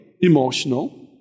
emotional